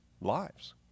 lives